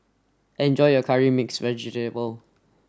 enjoy your curry mixed vegetable